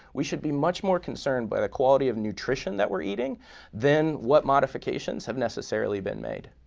we should be much more concerned by the quality of nutrition that we're eating than what modifications have necessarily been made.